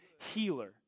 healer